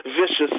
vicious